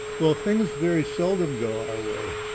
well, things very seldom go our way.